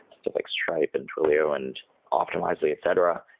to like stripe, and twilio and optimizely, etc,